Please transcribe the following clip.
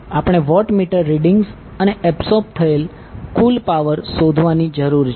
આપણે wattmeter readings અને absorb થયેલ કુલ પાવર શોધવાની જરૂર છે